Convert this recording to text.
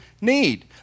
need